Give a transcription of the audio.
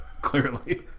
Clearly